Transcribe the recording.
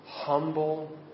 humble